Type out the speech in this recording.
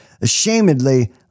Ashamedly